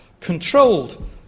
controlled